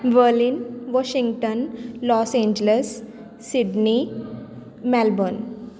Berlin Washington Los Angeles Sydney Melbourne